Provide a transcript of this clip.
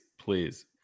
please